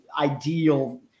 ideal